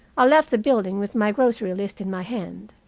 i left the building, with my grocery list in my hand.